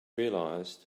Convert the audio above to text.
realized